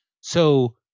So-